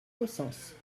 auxances